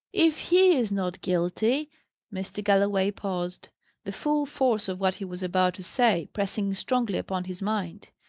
if he is not guilty mr. galloway paused the full force of what he was about to say, pressing strongly upon his mind.